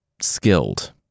skilled